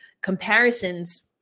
comparisons